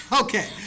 okay